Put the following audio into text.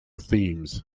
themes